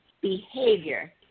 behavior